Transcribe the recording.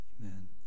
Amen